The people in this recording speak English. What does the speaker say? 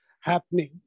happening